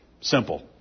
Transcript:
Simple